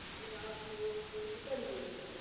আমি আমার প্রিয় স্কুটিটা নিয়ে যেতাম